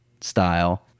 style